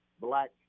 black